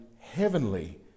heavenly